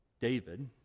David